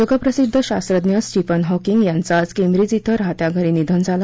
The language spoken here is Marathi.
जगप्रसिद्ध शास्त्रज्ञ स्टीफन हॉकिंग यांचं आज केंब्रिज इथं राहत्या घरी निधन झालं